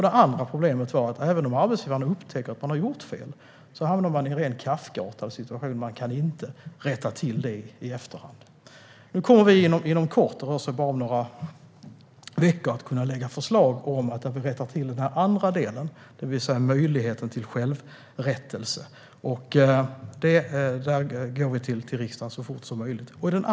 Det andra problemet är att även om arbetsgivaren upptäcker att man har gjort fel hamnar man i en rent Kafkaartad situation där man inte kan rätta till felet i efterhand. Vi kommer inom kort - det rör sig om bara några veckor - att lägga fram förslag om att rätta till denna del, det vill säga möjligheten till självrättelse. Där kommer vi att gå till riksdagen så fort som möjligt.